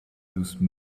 those